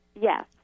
Yes